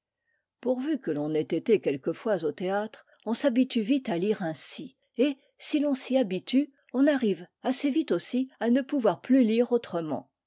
pourvu que l'on ait été quelquefois au théâtre on s'habitue vite à lire ainsi et si l'on s'y habitue on arrive assez vite aussi à ne pouvoir plus lire autrement